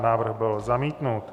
Návrh byl zamítnut.